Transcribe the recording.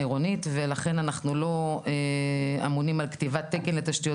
ולכן אנחנו לא אמונים על כתיבת תקן לתשתיות